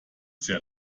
sehr